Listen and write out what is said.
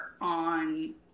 on